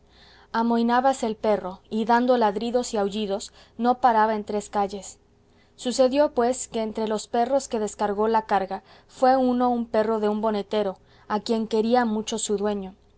el peso amohinábase el perro y dando ladridos y aullidos no paraba en tres calles sucedió pues que entre los perros que descargó la carga fue uno un perro de un bonetero a quien quería mucho su dueño